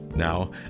Now